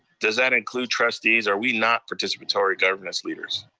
does that include trustees? are we not participatory governance leaders?